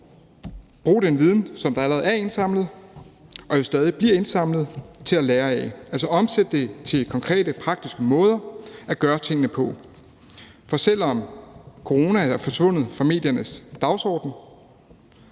bruge den viden, der allerede er indsamlet og jo stadig bliver indsamlet, til at lære af det, altså omsætte det til konkrete, praktiske måder at gøre tingene på. For selv om coronaen er forsvundet fra mediernes dagsorden,